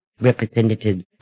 representatives